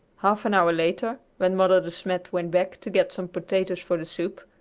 half an hour later, when mother de smet went back to get some potatoes for the soup,